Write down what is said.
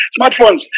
smartphones